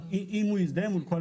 ואני מציע דבר מאוד